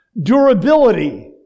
durability